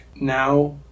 now